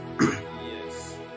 Yes